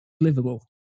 livable